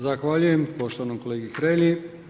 Zahvaljujem poštovanom kolegi Hrelji.